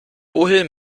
wohin